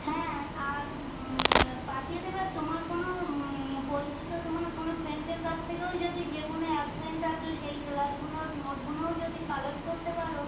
হ্যাঁ আর পাঠিয়ে দেবে আর তোমার কোনও পরিচিত তোমার কোনও ফ্রেণ্ডের কাছ থেকেও যদি যেগুলো অ্যাবসেন্ট আছো সেই ক্লাসগুলোর নোটগুলোও যদি কালেক্ট করতে পারো